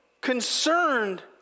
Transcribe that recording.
concerned